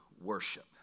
worship